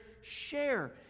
share